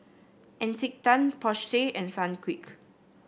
Encik Tan Porsche and Sunquick